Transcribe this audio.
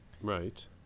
Right